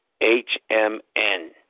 H-M-N